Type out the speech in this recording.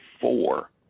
four